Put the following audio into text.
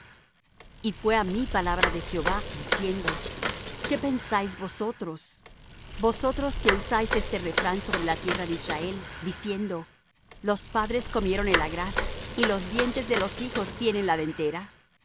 y fué á mí palabra de jehová diciendo qué pensáis vosotros vosotros que usáis este refrán sobre la tierra de israel diciendo los padres comieron el agraz y los dientes de los hijos tienen la dentera